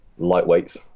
lightweights